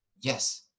Yes